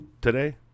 today